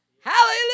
Hallelujah